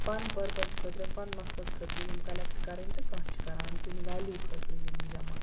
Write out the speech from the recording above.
فَن purpose خٲطرٕ fun مقصد خٲطرٕ یِم کَلٮ۪کٹ کَرٕنۍ تہٕ کانٛہہ چھِ کَران کُنہِ ویلیوٗ خٲطرٕ یِم جمع